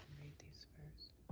these first